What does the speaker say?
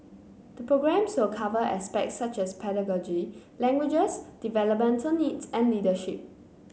the programmes will cover aspects such as pedagogy languages developmental needs and leadership